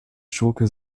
schurke